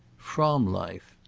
from life.